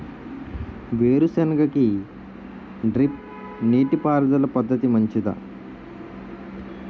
వేరుసెనగ కి డ్రిప్ నీటిపారుదల పద్ధతి మంచిదా?